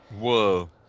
Whoa